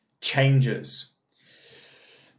changes